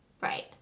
Right